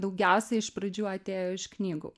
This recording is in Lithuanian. daugiausia iš pradžių atėjo iš knygų